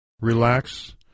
relax